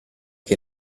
che